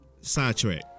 sidetrack